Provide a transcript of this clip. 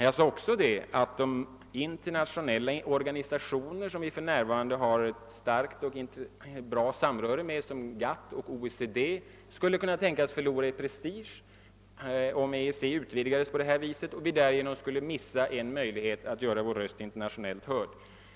Jag sade även att de internationella organisationer som vi för närvarande har ett starkt och bra samröre med såsom GATT och OECD skulle kunna tänkas förlora i prestige om EEC utvidgades på detta sätt och vi därigenom skulle missa en möjlighet att göra vår röst hörd internationellt.